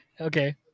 Okay